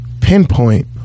pinpoint